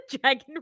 dragon